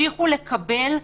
בהקשר הזה,